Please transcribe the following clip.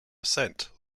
assent